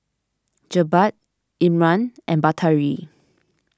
Jebat Imran and Batari